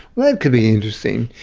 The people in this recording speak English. like could be interesting.